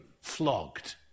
flogged